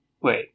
Wait